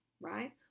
right